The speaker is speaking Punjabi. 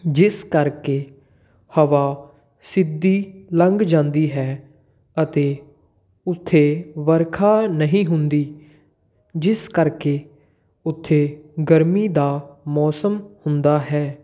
ਜਿਸ ਕਰਕੇ ਹਵਾ ਸਿੱਧੀ ਲੰਘ ਜਾਂਦੀ ਹੈ ਅਤੇ ਉੱਥੇ ਵਰਖਾ ਨਹੀਂ ਹੁੰਦੀ ਜਿਸ ਕਰਕੇ ਉੱਥੇ ਗਰਮੀ ਦਾ ਮੌਸਮ ਹੁੰਦਾ ਹੈ